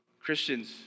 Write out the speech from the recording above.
Christians